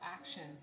actions